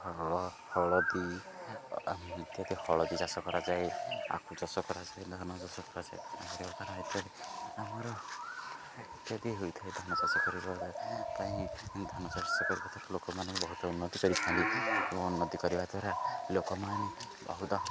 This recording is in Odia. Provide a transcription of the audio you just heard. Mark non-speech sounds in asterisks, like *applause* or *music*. ହଳ ହଳଦୀ ଇତ୍ୟାଦି ହଳଦୀ ଚାଷ କରାଯାଏ ଆଖୁ ଚାଷ କରାଯାଏ ଧାନ ଚାଷ କରାଯାଏ ଦ୍ୱାରା *unintelligible* ଆମର ଇତ୍ୟାଦି ହୋଇଥାଏ ଧାନ ଚାଷ କରିବା ପାଇଁ ଧାନ ଚାଷ କରିବା ଲୋକମାନେ ବହୁତ ଉନ୍ନତି କରିଥାନ୍ତି ଓ ଉନ୍ନତି କରିବା ଦ୍ୱାରା ଲୋକମାନେ ବହୁତ